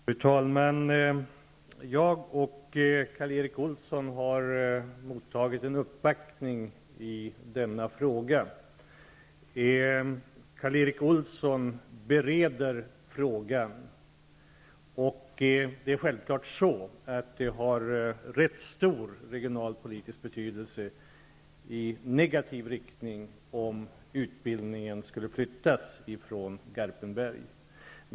Fru talman! Jag och Karl Erik Olsson har mottagit personer som uppvaktat i denna fråga. Karl Erik Olsson bereder frågan. Självfallet har det rätt stor regionalpolitisk betydelse i negativ mening, om utbildningen flyttas från Garpenberg.